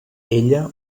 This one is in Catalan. ella